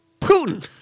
Putin